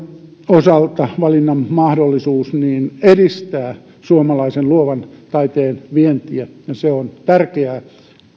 osalta valinnanmahdollisuus edistää suomalaisen luovan taiteen vientiä ja se on tärkeää